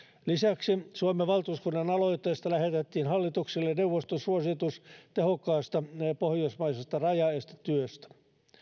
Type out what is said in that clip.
lisäksi suomen valtuuskunnan aloitteesta lähetettiin hallitukselle neuvoston suositus tehokkaasta pohjoismaisesta rajaestetyöstä